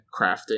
crafting